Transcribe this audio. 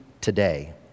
today